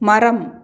மரம்